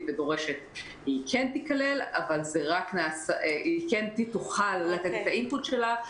דורשת שהיא כן תיכלל ולתת את האינפוט שלה,